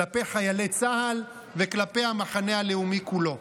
כלפי חיילי צה"ל וכלפי המחנה הלאומי כולו.